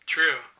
True